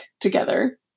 together